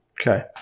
Okay